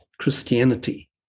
Christianity